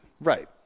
Right